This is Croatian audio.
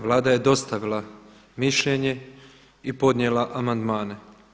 Vlada je dostavila mišljenje i podnijela amandmane.